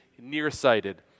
nearsighted